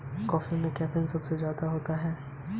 NEFT में कितना time लग जाएगा?